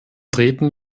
treten